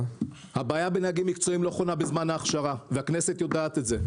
הבעיה בנהגים מקצועיים לא חונה בזמן ההכשרה והכנסת יודעת את זה.